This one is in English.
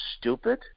stupid